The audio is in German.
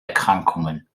erkrankungen